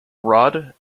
rod